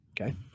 Okay